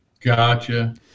Gotcha